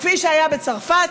כפי שהיה בצרפת,